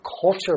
Culture